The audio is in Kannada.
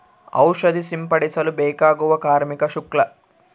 ಔಷಧಿ ಸಿಂಪಡಿಸಲು ಬೇಕಾಗುವ ಕಾರ್ಮಿಕ ಶುಲ್ಕ?